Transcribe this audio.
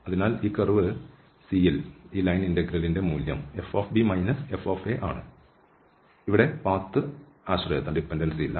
അതിനാൽ ഈ curve C യിൽ ഈ ലൈൻ ഇന്റെഗ്രേലിന്റെ മൂല്യം fb f ആണ് ഇവിടെ പാത്ത് ആശ്രയത്വം ഇല്ല